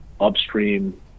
upstream